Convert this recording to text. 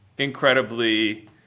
Incredibly